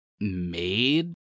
made